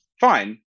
Fine